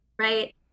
right